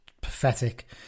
pathetic